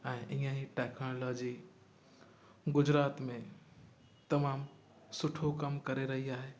ऐं ईअं हीअ टेक्नोलॉजी गुजरात में तमामु सुठो कमु करे रही आहे